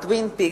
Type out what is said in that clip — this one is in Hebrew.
או Twin peaks,